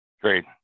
Great